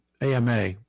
AMA